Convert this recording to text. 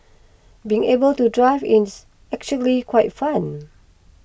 being able to drive is actually quite fun